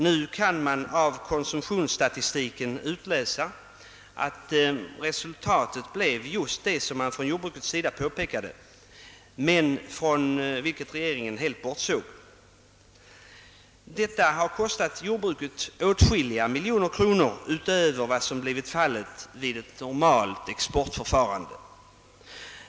Nu kan man av konsumlionsstatistiken utläsa att resultatet blev just det som man från jordbrukets sida framhöll att det skulle bli, vilket regeringen emellertid helt bortsåg ifrån. Detta har kostat jordbruket åtskilliga miljoner kronor utöver vad som blivit fallet vid ett normalt exportförfarande.